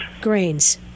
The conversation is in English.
Grains